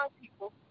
people